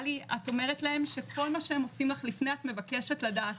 לי את אומרת להם שכל שהם עושים לך לפני את מבקשת לדעת